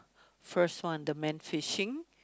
first one the man fishing